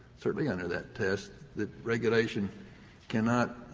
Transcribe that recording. certainly under that test, the regulation cannot